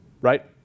Right